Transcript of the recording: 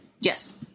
Yes